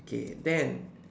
okay then